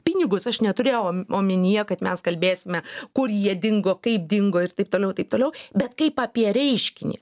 pinigus aš neturėjau omenyje kad mes kalbėsime kur jie dingo kaip dingo ir taip toliau taip toliau bet kaip apie reiškinį